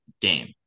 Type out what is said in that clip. game